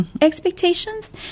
expectations